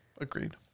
agreed